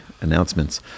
announcements